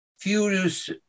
furious